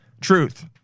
Truth